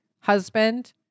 husband